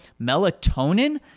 melatonin